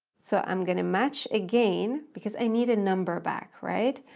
so i'm going to match again, because i need a number back, right?